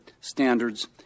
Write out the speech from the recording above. standards